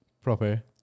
proper